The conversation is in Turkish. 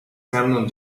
memnun